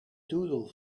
doodle